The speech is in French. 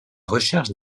recherche